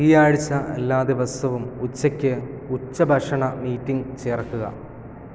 ഈ ആഴ്ച എല്ലാ ദിവസവും ഉച്ചക്ക് ഉച്ചഭക്ഷണ മീറ്റിങ്ങ് ചേര്ക്കുക